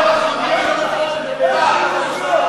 ב-1 בחודש בבאר-שבע,